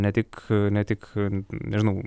ne tik ne tik nežinau